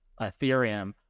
ethereum